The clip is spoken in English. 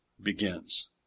begins